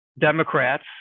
Democrats